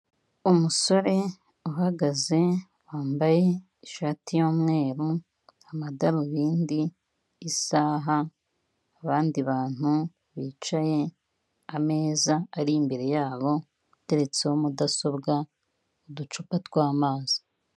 Umusore uhagaze wambaye ishati y'umweru, amadarubindi, isaha, abandi bantu bicaye, ameza ari imbere yabo ateretseho mudasobwa uducupa twa amazi.